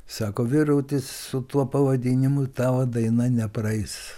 sako vyruti su tuo pavadinimu tavo daina nepraeis